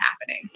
happening